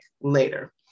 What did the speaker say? later